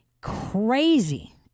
crazy